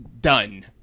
done